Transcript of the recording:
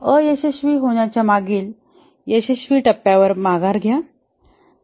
अयशस्वी होण्याच्या मागील यशस्वी टप्प्यावर "माघार" घ्या